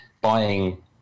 buying